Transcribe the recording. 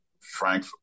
Frank